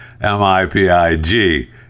M-I-P-I-G